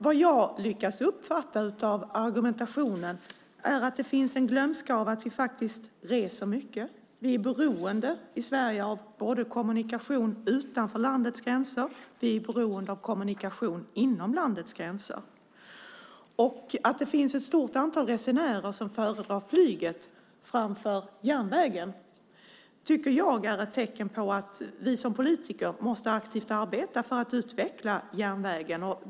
Vad jag lyckas uppfatta av argumentationen är att det har fallit i glömska att vi reser mycket, att vi i Sverige är beroende både av kommunikation utanför landets gränser och av kommunikation inom landets gränser. Att det finns ett stort antal resenärer som föredrar flyget framför järnvägen tycker jag är ett tecken på att vi som politiker måste arbeta aktivt för att utveckla järnvägen.